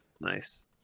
Nice